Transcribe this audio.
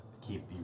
keep